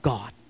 God